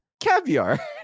caviar